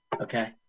Okay